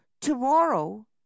Tomorrow